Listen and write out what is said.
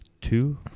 two